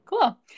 Cool